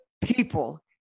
people